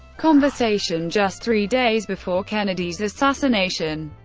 conversation just three days before kennedy's assassination.